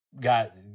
got